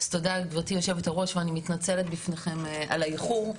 אז תודה גברתי יושבת הראש ואני מתנצלת בפניכם על האיחור,